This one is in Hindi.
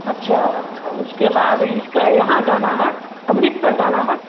अच्छा और उसके बाद इसका यहाँ जाना है अमृतसर जाना है